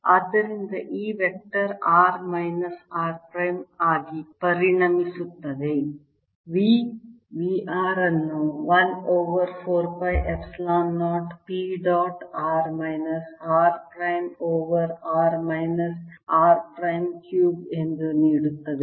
ಆದ್ದರಿಂದ ಈ vector r minus r prime ಆಗಿ ಪರಿಣಮಿಸುತ್ತದೆ V V r ಅನ್ನು 1 over 4 pi epsilon 0 P dot r minus r prime over r minus r prime cube ಎಂದು ನೀಡಲಾಗುತ್ತದೆ